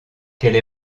quelle